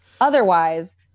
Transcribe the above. Otherwise